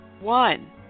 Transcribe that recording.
One